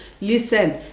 listen